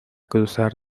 cruzar